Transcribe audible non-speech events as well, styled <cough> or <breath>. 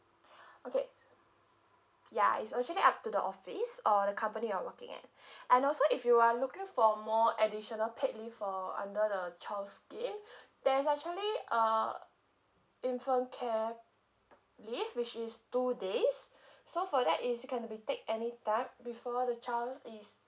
<breath> okay ya it's actually up to the office or the company you're working at <breath> and also if you are looking for more additional paid leave for under the child scheme <breath> there's actually a infant care leave which is two days <breath> so for that is it can be take anytime before the child is